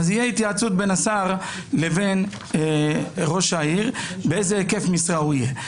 תהיה התייעצות בין השר לבין ראש העיר באיזה היקף משרה הוא יהיה.